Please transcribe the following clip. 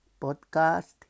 podcast